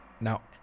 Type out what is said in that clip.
Now